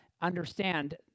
understand